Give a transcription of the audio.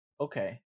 Okay